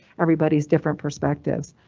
everybody's different perspectives.